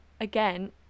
Again